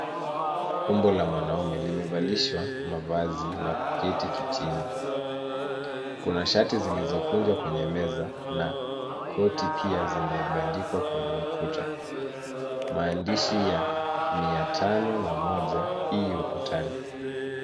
Umbo la mwanaume limevalishwa mavazi na kuketi kitini. Kuna shati zilizokunjwa kwenye meza na koti pia zimebandikwa kwenye ukuta. Maandishi ya mia tano na moja i ukutani.